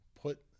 put